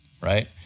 right